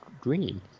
Green